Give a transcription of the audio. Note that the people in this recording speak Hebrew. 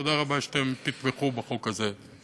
תודה רבה על שתתמכו בחוק הזה.